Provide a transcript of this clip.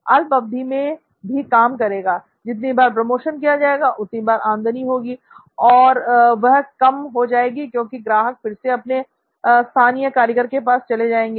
अल्प अवधि मैं भी काम करेगा जितनी बार प्रोमोशन किया जाएगा उतनी बार आमदनी होगी और वह कम हो जाएगी क्योंकि ग्राहक फिर से अपने स्थानीय कारीगर के पास चले जाएंगे